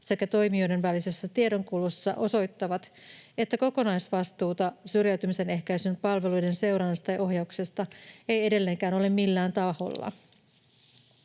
sekä toimijoiden välisessä tiedonkulussa osoittavat, että kokonaisvastuuta syrjäytymisen ehkäisyn palveluiden seurannasta ja ohjauksesta ei edelleenkään ole millään taholla.